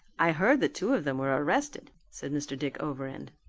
i heard that two of them were arrested, said mr. dick overend.